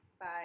Bye